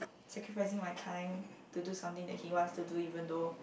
sacrificing my time to do something that he wants to do even though